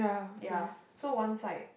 ya so one side